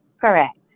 Correct